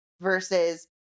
versus